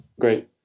Great